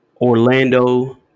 Orlando